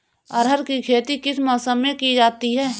अरहर की खेती किस मौसम में की जाती है?